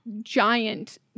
giant